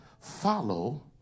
Follow